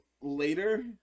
later